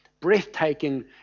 breathtaking